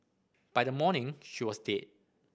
by the morning she was dead